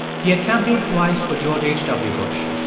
he had campaigned twice for george h w. bush,